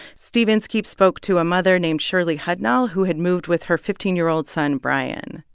steve inskeep spoke to a mother named shirley hudnall who had moved with her fifteen year old son brian.